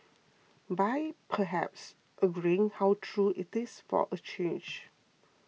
by perhaps agreeing how true it is for a change